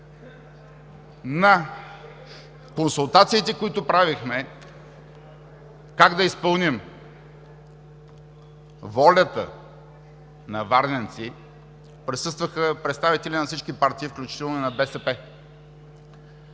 На консултациите, които правихме как да изпълним волята на варненци, присъстваха представители на всички партии, включително и на БСП.